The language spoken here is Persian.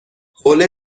حوله